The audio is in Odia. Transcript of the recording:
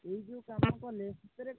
ଏହି ଯେଉଁ କାମ କଲେ ସତରେ କ'ଣ ପିଲାମାନେ ଆସିବେ କି